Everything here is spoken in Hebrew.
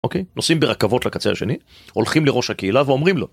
אוקיי, נוסעים ברכבות לקצה השני, הולכים לראש הקהילה ואומרים לו